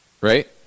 right